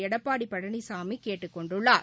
எடப்பாடி பழனிசாமி கேட்டுக் கொண்டுள்ளார்